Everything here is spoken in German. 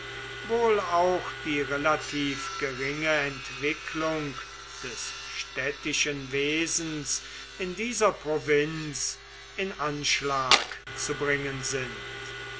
wohl auch die relativ geringe entwicklung des städtischen wesens in dieser provinz in anschlag zu bringen sind